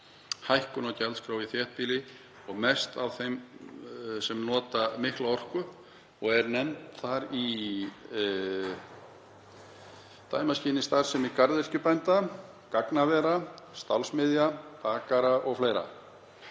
hækkun á gjaldskrá í þéttbýli og mest hjá þeim sem nota mikla orku og eru nefnd þar í dæmaskyni starfsemi garðyrkjubænda, gagnavera, stálsmiðja, bakara o.fl.